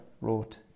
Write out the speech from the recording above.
wrote